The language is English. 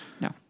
No